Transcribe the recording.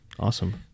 Awesome